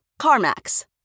CarMax